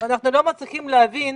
אנחנו לא מצליחים להבין,